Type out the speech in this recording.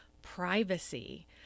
privacy